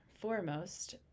foremost